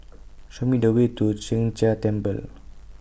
Show Me The Way to Sheng Jia Temple